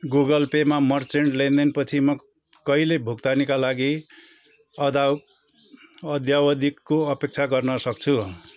Google पेमा merchant लेनदेन पछि म कहिले भुक्तानीका लागि अदौ अद्यावधिकको अपेक्षा गर्न सक्छु